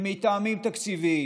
מטעמים תקציביים,